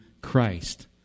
Christ